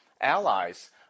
allies